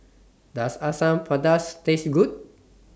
Does Asam Pedas Taste Good